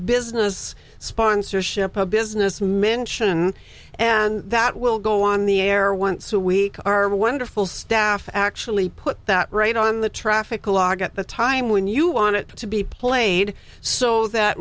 business sponsorship a business mention and that will go on the air once a week our wonderful staff actually put that right on the traffic law get the time when you want it to be played so that